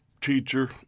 teacher